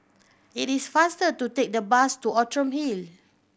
it is faster to take the bus to Outram Hill